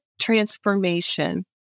transformation